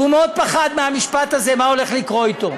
והוא מאוד פחד מהמשפט הזה, מה הולך לקרות אתו.